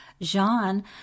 Jean